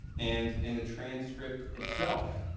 and in the transcript itself.